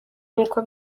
n’uko